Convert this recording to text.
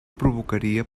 provocaria